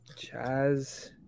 Chaz